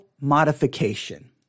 modification